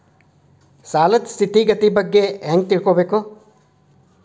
ಸಾಲದ್ ಸ್ಥಿತಿಗತಿ ಬಗ್ಗೆ ಹೆಂಗ್ ತಿಳ್ಕೊಬೇಕು?